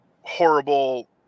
horrible